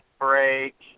break